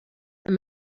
them